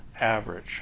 average